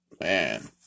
Man